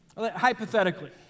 hypothetically